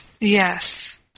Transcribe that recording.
Yes